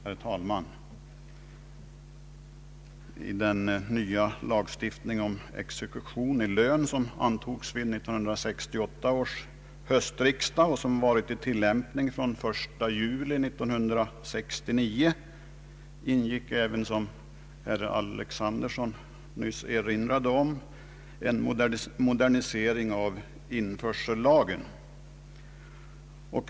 Herr talman! I den nya lagstiftning om exekution i lön, som antogs vid 1968 års höstriksdag och som har varit i tilllämpning från den 1 juli 1969, ingick även, som herr Alexanderson nyss erinrade om, en modernisering av införsellagen.